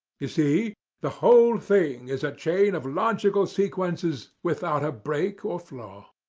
you see the whole thing is a chain of logical sequences without a break or flaw.